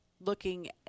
looking